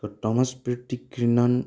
তো Thomas Patrick Kiernan